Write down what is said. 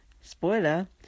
Spoiler